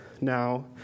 Now